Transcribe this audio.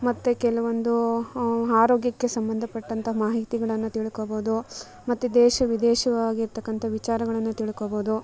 ಮತ್ತು ಕೆಲವೊಂದು ಆರೋಗ್ಯಕ್ಕೆ ಸಂಬಂಧಪಟ್ಟಂಥ ಮಾಹಿತಿಗಳನ್ನು ತಿಳ್ಕೊಬೋದು ಮತ್ತು ದೇಶ ವಿದೇಶವಾಗಿರತಕ್ಕಂಥ ವಿಚಾರಗಳನ್ನು ತಿಳ್ಕೊಬೋದು